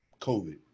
COVID